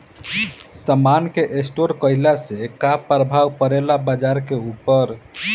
समान के स्टोर काइला से का प्रभाव परे ला बाजार के ऊपर?